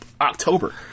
October